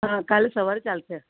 હા કાલે સવારે ચાલશે